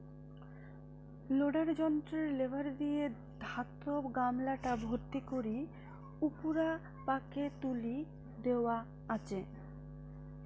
loader যন্ত্রর lever দিয়া ধাতব গামলাটা ভর্তি করি উপুরা পাকে তুলি দ্যাওয়া আচে